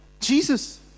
Jesus